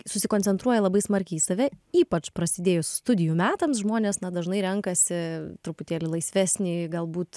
susikoncentruoja labai smarkiai į save ypač prasidėjus studijų metams žmonės na dažnai renkasi truputėlį laisvesnį galbūt